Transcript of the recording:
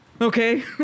Okay